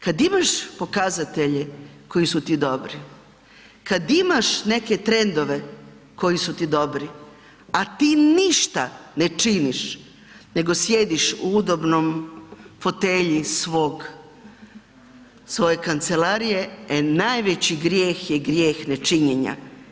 Kada imaš pokazatelje koji su ti dobri, kada imaš neke trendove koji su ti dobri, a ti ništa ne činiš nego sjediš u udobnoj fotelji svoje kancelarije, e najveći grijeh je grijeh nečinjenja.